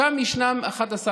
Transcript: שם יש 11 יישובים,